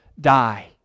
die